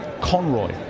Conroy